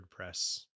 wordpress